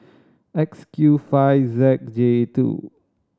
X Q five Z J two